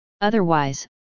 Otherwise